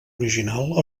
original